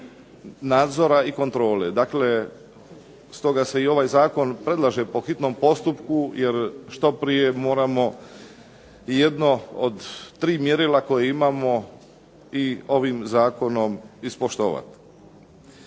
nadzora i kontrole. Dakle, stoga se i ovaj zakon predlaže po hitnom postupku jer što prije moramo jedno od 3 mjerila koje imamo i ovim zakonom ispoštovati.